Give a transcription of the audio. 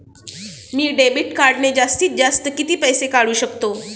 मी debit कार्डने जास्तीत जास्त किती पैसे काढू शकतो?